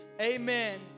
amen